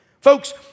Folks